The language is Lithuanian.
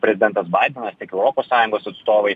prezidentas baidenas europos sąjungos atstovai